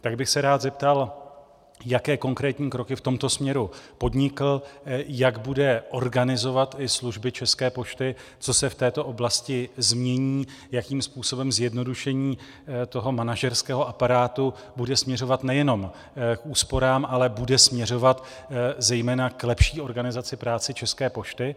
Tak bych se rád zeptal, jaké konkrétní kroky v tomto směru podnikl, jak bude organizovat i služby České pošty, co se v této oblasti změní, jakým způsobem zjednodušení toho manažerského aparátu bude směřovat nejenom k úsporám, ale bude směřovat zejména k lepší organizace práce České pošty.